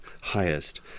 highest